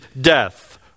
death